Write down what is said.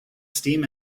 steam